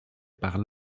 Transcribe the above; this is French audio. par